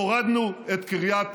הורדנו את קריית